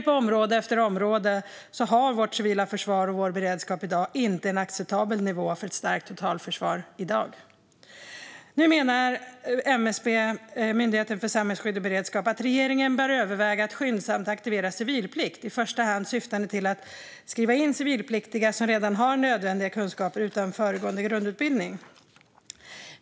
På område efter område ser vi att vårt civila försvar och vår beredskap inte håller en acceptabel nivå för ett stärkt totalförsvar i dag. Nu menar MSB, Myndigheten för samhällsskydd och beredskap, att regeringen bör överväga att skyndsamt aktivera civilplikt, i första hand syftande till att skriva in civilpliktiga som redan har nödvändiga kunskaper utan föregående grundutbildning.